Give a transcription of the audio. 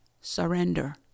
surrender